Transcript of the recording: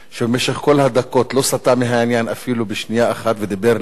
שבמשך כל הדקות לא סטה מהעניין אפילו שנייה אחת ודיבר לעניין,